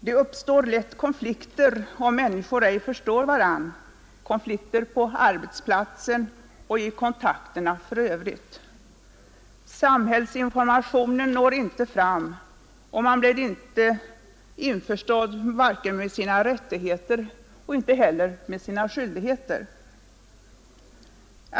Det uppstår lätt konflikter, om människor ej förstår varandra — konflikter på arbetsplatsen och i kontakterna för övrigt. Samhällsinformationen når inte fram, om man inte känner till vare sig sina rättigheter eller sina skyldigheter.